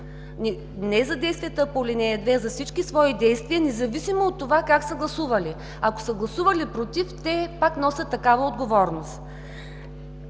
не за действията по ал. 2, а за всички свои действия, независимо от това как са гласували. Ако са гласували „против“, те пак носят такава отговорност.